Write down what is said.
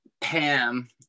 Pam